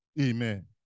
Amen